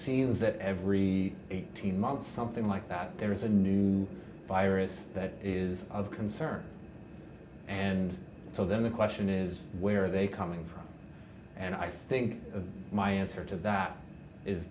seems that every eighteen months something like that there is a new virus that is of concern and so then the question is where are they coming from and i think my answer to that is